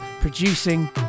producing